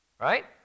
Right